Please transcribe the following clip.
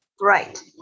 Right